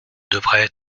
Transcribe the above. devraient